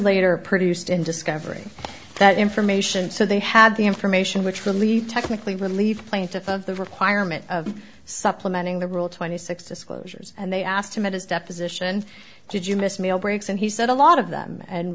later produced in discovery that information so they had the information which would lead technically relieved plaintiff of the requirement of supplementing the rule twenty six disclosures and they asked him at his deposition did you missed meal breaks and he said a lot of them and